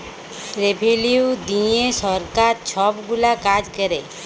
revenue দিঁয়ে সরকার ছব গুলা কাজ ক্যরে